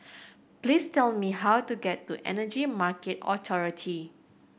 please tell me how to get to Energy Market Authority